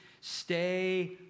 stay